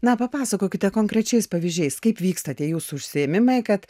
na papasakokite konkrečiais pavyzdžiais kaip vyksta tie jūsų užsiėmimai kad